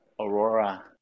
aurora